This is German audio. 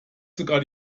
sogar